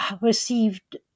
received